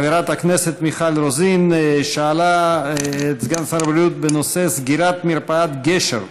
חברת הכנסת מיכל רוזין שאלה את סגן שר הבריאות בנושא סגירת מרפאת גשר.